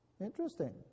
Interesting